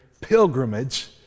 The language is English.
pilgrimage